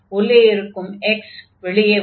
உள்ளே இருக்கும் x வெளியே வரும்